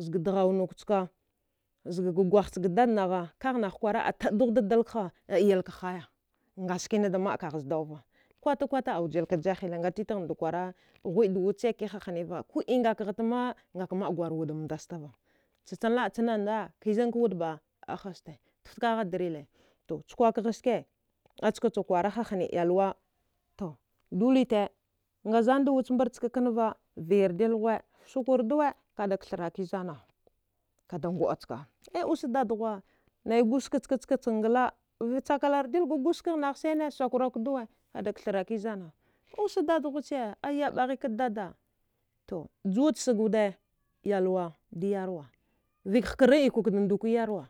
Zga dghaunuk chka zgaga gwaghchga dad nagha kaghnagh kwara a taədughda dalgha a iyalkagha ngaskinada da maə kaghzdauva kwatakwata aujilka jahile ngatitaghna da kwara ghuwiəda wudchi kiha hniva ko ingakghatma ngakama. a gwarwudan dastava cha chanlaə chanda na kizan kwudba ahaste taftkagha drile to chkwakgha ske askach kwara kihahne iyalwa to dolite ngazanda wach mbarchka knava viyardil ghuwe sakwarduwa kathraki zana kada nguəachka ai usa dadghwa naiguska chka skachan ngla chakalardir ga gwaskaghnagh sane sukarduwa kada kathraki zana usa dadghuche ayabaghika dada to juwad sagawuda da yarwa vəik hkara kadikada nduki yarwa